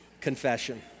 confession